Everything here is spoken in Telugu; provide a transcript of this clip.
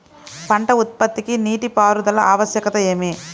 పంట ఉత్పత్తికి నీటిపారుదల ఆవశ్యకత ఏమి?